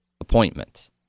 appointment